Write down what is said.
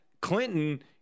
Clinton